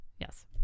Yes